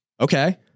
Okay